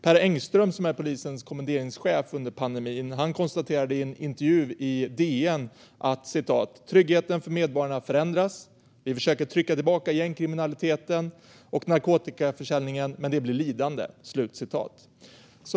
Per Engström, som är polisens kommenderingschef under pandemin, konstaterade i en intervju i DN att "tryggheten för medborgarna förändras". Han sa vidare: "Vi försöker trycka tillbaka gängkriminaliteten och narkotikaförsäljningen men det blir lidande."